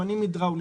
שמנים הידראוליים,